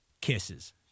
Kisses